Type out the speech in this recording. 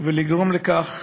ולגרום לכך